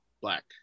black